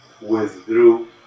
withdrew